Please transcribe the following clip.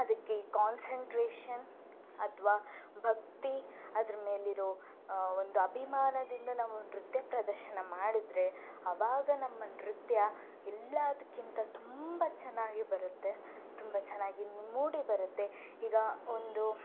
ಅದಕ್ಕೆ ಕಾನ್ಸರ್ನ್ಟ್ರೇಷನ್ ಅಥವಾ ಭಕ್ತಿ ಅದ್ರ ಮೇಲಿರೋ ಒಂದು ಅಭಿಮಾನದಿಂದ ನಾವು ನೃತ್ಯ ಪ್ರದರ್ಶನ ಮಾಡಿದ್ರೆ ಅವಾಗ ನಮ್ಮ ನೃತ್ಯ ಎಲ್ಲದ್ಕಿಂತ ತುಂಬ ಚೆನ್ನಾಗಿ ಬರುತ್ತೆ ತುಂಬ ಚೆನ್ನಾಗಿ ಮೂಡಿ ಬರುತ್ತೆ ಈಗ ಒಂದು